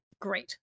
Great